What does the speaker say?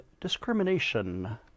discrimination